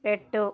పెట్టు